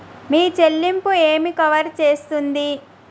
మీ చెల్లింపు ఏమి కవర్ చేస్తుంది?